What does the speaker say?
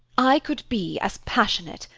i could be as passionate,